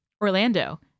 orlando